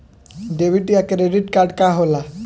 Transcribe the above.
Debit या credit card का होला?